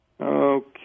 okay